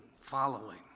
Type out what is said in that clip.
following